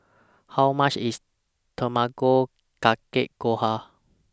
How much IS Tamago Kake Gohan